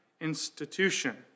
institution